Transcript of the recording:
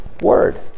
Word